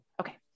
okay